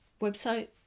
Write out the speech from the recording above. website